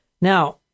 Now